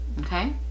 Okay